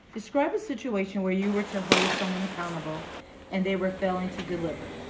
describe a situation where you were to hold someone accountable and they were failing to deliver.